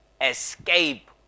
Escape